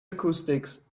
acoustics